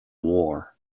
war